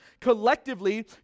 collectively